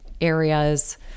areas